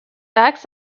acts